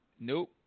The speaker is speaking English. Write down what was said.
Nope